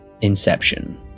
Inception